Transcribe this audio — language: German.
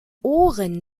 ohren